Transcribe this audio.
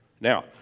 Now